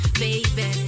baby